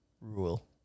Rule